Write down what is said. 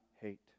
hate